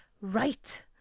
Right